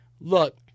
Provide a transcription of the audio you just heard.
Look